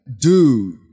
dude